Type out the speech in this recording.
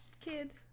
kid